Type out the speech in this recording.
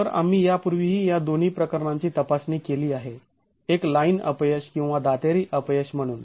तर आम्ही यापूर्वीही या दोन्ही प्रकरणांची तपासणी केली आहे एक लाईन अपयश किंवा दातेरी अपयश म्हणून